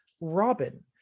Robin